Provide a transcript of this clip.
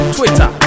Twitter